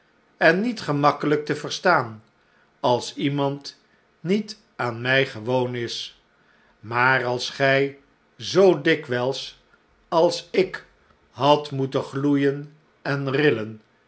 en niet gemakkelijk te verstaan als iemand niet aan mij gewoon is maar als gij zoo dikwijls als ik hadt moeten gloeien en rillen